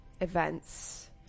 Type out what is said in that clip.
events